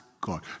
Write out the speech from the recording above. God